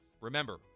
Remember